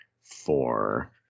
four